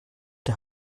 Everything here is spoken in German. der